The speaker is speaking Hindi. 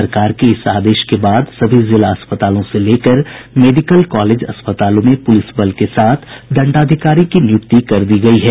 सरकार के इस आदेश के बाद सभी जिला अस्पतालों से लेकर मेडिकल कॉलेज अस्पतालों में पुलिस बल के साथ दंडाधिकारी की नियुक्ति कर दी गयी है